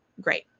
Great